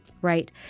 Right